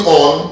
on